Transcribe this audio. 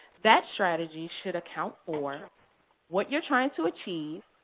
that strategy should account for what you're trying to achieve,